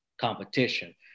competition